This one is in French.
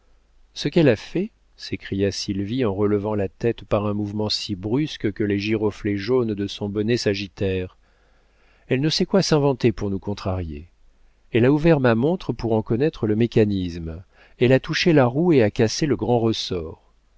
ce qu'elle a fait s'écria sylvie en relevant la tête par un mouvement si brusque que les giroflées jaunes de son bonnet s'agitèrent elle ne sait quoi s'inventer pour nous contrarier elle a ouvert ma montre pour en connaître le mécanisme elle a touché la roue et a cassé le grand ressort